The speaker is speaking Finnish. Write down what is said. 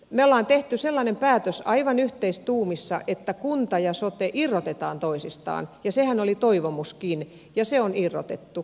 me olemme tehneet sellaisen päätöksen aivan yhteistuumissa että kunta ja sote irrotetaan toisistaan ja sehän oli toivomuskin ja ne on irrotettu